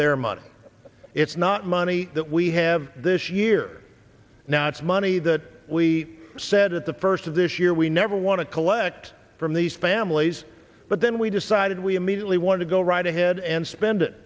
their money it's not money that we have this year now it's money that we said at the first of this year we never want to collect from these families but then we decided we immediately want to go right ahead and spend it